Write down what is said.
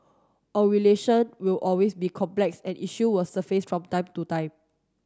our relation will always be complex and issue will surface from time to time